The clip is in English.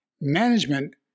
Management